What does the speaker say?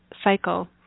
cycle